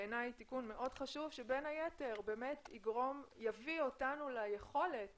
בעיניי זה תיקון מאוד חשוב שבין היתר באמת יביא אותנו ליכולת